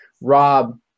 Rob